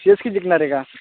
C S K जिंकणार आहे का